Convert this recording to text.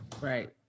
Right